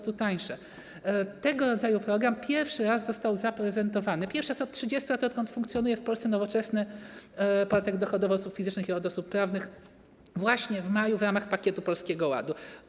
Tego rodzaju program pierwszy raz został zaprezentowany - pierwszy raz od 30 lat, odkąd funkcjonuje w Polsce nowoczesny podatek dochodowy od osób fizycznych i od osób prawnych - właśnie w maju w ramach pakietu Polskiego Ładu.